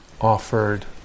offered